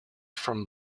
from